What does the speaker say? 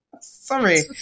Sorry